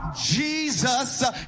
Jesus